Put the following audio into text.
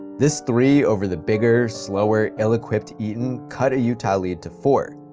this three over the bigger, slower, ill-equipped eaton cut a utah lead to four.